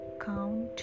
count